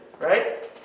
right